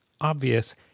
obvious